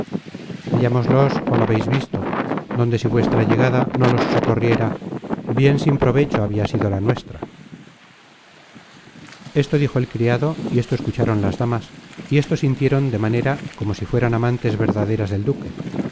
cual habeis visto donde si vuestra llegada no los socorriera bien sin provecho habia sido la nuestra esto dijo el criado y esto escucharon las damas y esto sintieron de manera como si fueran amantes verdaderas del duque